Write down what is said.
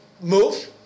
move